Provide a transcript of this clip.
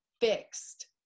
fixed